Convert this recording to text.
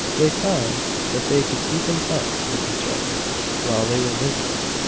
they found that they could keep in touch with each other while they were visiting!